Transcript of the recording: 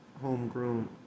homegrown